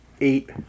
eight